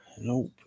Nope